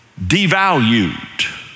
devalued